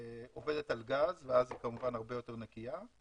עובדת על גז ואז היא כמובן הרבה יותר נקייה,